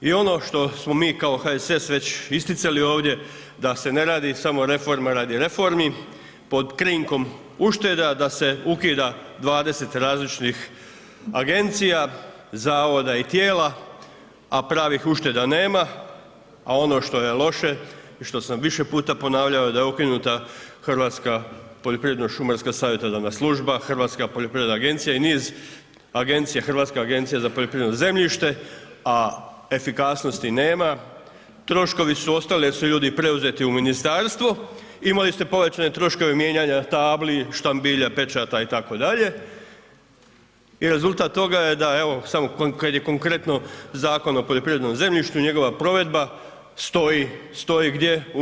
I ono što smo mi kao HSS već isticali ovdje da se ne radi samo reforme radi reformi pod krinkom ušteda, da se ukida 20 različitih agencija, zavoda i tijela, a pravih ušteda nema, a ono što je loše i što sam više puta ponavljao da je ukinuta Hrvatska poljoprivredno šumarska savjetodavna služba, Hrvatska poljoprivredna agencija i niz agencija, Hrvatska agencija za poljoprivredno zemljište, a efikasnosti nema, troškovi su ostali jer su ljudi preuzeti u ministarstvo, imali ste povećane troškove mijenjanja tabli, štambilja, pečata itd. i rezultat toga je da, evo, samo kad je konkretno Zakon o poljoprivrednom zemljištu i njegova provedba, stoji, stoji gdje?